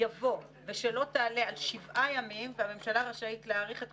יבוא "ושלא תעלה על 7 ימים והממשלה רשאית להאריך את